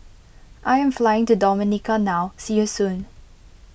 I am flying to Dominica now see you soon